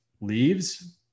leaves